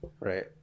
Right